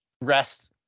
Rest